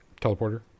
Teleporter